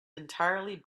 entirely